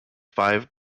five